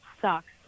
sucks